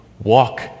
Walk